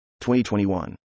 2021